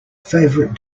favourite